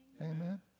Amen